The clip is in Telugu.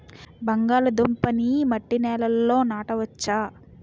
బంగాళదుంప నీ మట్టి నేలల్లో నాట వచ్చా?